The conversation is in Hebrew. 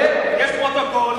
יש פרוטוקול.